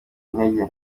intege